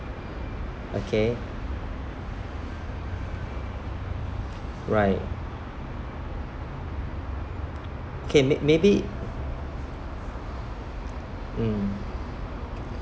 okay right ok ma~ maybe mm